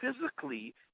physically